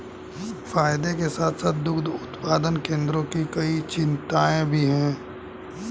फायदे के साथ साथ दुग्ध उत्पादन केंद्रों की कई चिंताएं भी हैं